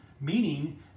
meaning